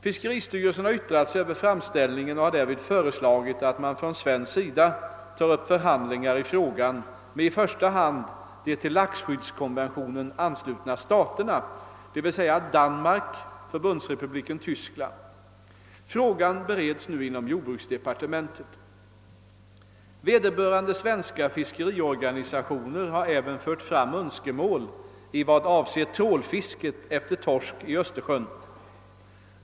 Fiskeristyrelsen har yttrat sig över framställningen och har därvid föreslagit, att man från svensk sida tar upp förhandlingar i frågan med i första hand de till laxskyddskonventionen anslutna staterna, d. v. s. Danmark och Förbundsrepubliken Tyskland. Frågan bereds nu inom jordbruksdepartementet. Vederbörande svenska fiskeriorganisationer har även fört fram önskemål i vad avser trålfisket efter torsk i Östersjön.